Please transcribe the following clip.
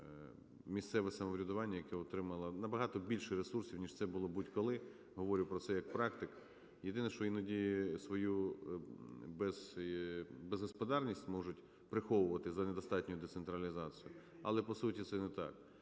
місцеве самоврядування, яке отримало набагато більше ресурсів, ніж це було будь-коли, говорю про це як практик. Єдине, що іноді свою безгосподарність можуть приховувати за недостатньою децентралізацією, але по суті це не так.